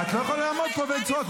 את לא יכולה לעמוד פה ולצעוק.